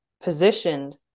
positioned